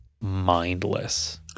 mindless